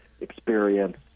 experience